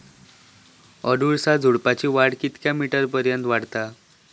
अडुळसा झुडूपाची वाढ कितक्या मीटर पर्यंत वाढता?